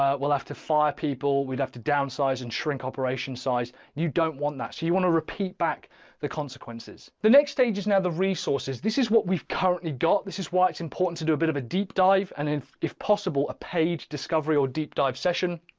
ah we'll have to fire people, we'd have to downsize and shrink operation size. you don't want that. so you want to repeat back the consequences. the next stage is now the resources. this is what we've currently got. this is why it's important to do a bit of a deep dive and then if possible, a page discovery or deep dive session.